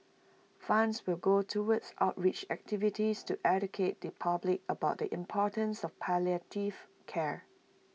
funds will go towards outreach activities to educate the public about the importance of palliative care